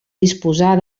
disposar